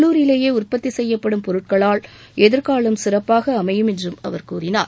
உள்ளூரிலேயே உற்பத்தி செய்யப்படும் பொருட்களால் எதிர்காலம் சிறப்பாக அமையும் என்று அவர் கூறினார்